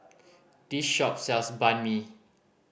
this shop sells Banh Mi